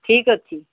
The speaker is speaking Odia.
ଠିକ ଅଛି